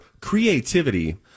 creativity